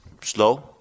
slow